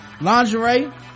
lingerie